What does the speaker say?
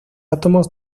átomos